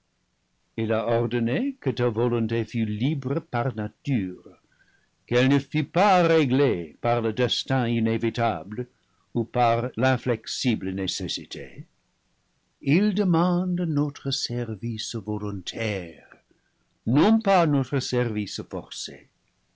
il a ordonné que ta volonté fût libre par nature qu'elle ne fût pas réglée par le destin iné vitable ou par l'inflexible nécessité il demande notre service volontaire non pas notre service forcé